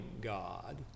God